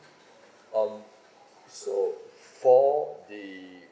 um so for the